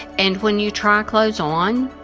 and when you try clothes on,